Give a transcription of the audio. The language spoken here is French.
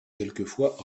quelquefois